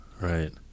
Right